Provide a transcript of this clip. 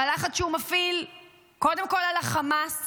שהלחץ שהוא מפעיל קודם כול על החמאס